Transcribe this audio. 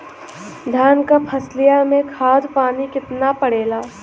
धान क फसलिया मे खाद पानी कितना पड़े ला?